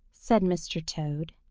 said mr. toad.